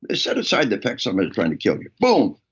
ah set aside the fact somebody's trying to kill you. boom.